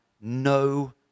no